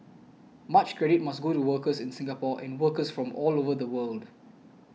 much credit must go to workers in Singapore and workers from all over the world